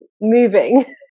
moving